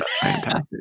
...fantastic